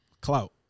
Clout